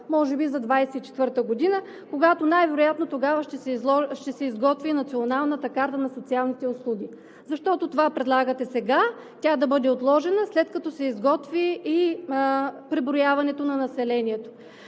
Може би за 2024 г., когато най-вероятно ще се изготви и Националната карта на социалните услуги?! Защото това предлагате сега – тя да бъде отложена, след като се изготви и преброяването на населението.